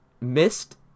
missed